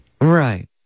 Right